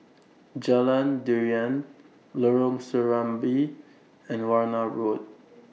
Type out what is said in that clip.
Jalan Durian Lorong Serambi and Warna Road